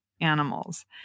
animals